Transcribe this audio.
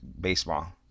baseball